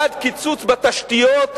בעד קיצוץ בתשתיות,